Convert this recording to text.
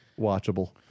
watchable